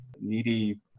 Needy